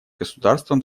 государствам